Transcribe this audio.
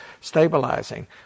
stabilizing